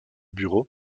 bureau